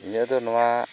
ᱱᱤᱭᱟᱹ ᱫᱚ ᱱᱚᱶᱟ